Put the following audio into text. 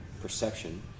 perception